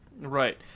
Right